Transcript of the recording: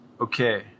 Okay